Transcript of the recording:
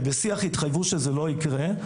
ובשיח התחייבו שזה לא יקרה.